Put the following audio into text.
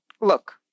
look